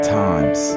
times